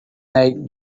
nate